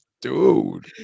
dude